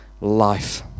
life